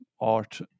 art